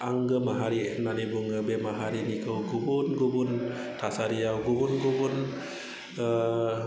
आंगो माहारि होननानै बुङो बे माहारिखौ गुबुन गुबुन थासारियाव गुुबुन गुबुन